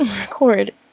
record